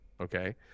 Okay